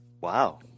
Wow